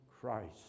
Christ